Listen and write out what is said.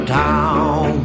town